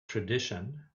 tradition